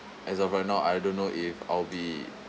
as of right now I don't know if I'll be